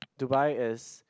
Dubai is